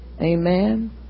Amen